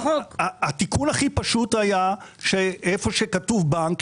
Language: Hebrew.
התיקון הכי פשוט היה שהיכן שכתוב בנק,